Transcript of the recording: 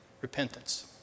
repentance